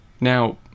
Now